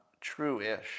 true-ish